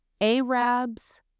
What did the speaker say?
Arabs